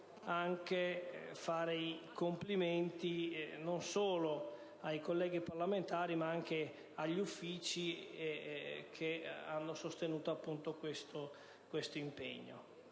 di fare i complimenti non solo ai colleghi parlamentari, ma anche agli uffici che hanno sostenuto questo impegno.